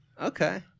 Okay